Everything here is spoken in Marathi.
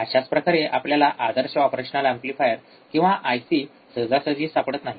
अशाच प्रकारे आपल्याला आदर्श ऑपरेशनल एम्प्लीफायर किंवा आयसी सहजासहजी सापडत नाही